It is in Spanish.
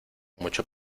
mucho